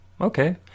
okay